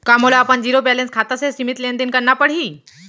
का मोला अपन जीरो बैलेंस खाता से सीमित लेनदेन करना पड़हि?